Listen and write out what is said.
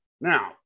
Now